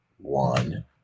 one